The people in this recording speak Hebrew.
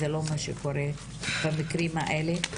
זה לא מה שקורה במקרים האלה,